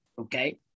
Okay